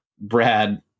brad